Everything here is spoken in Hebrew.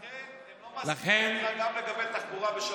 לכן הם גם לא מסכימים איתך על תחבורה בשבת.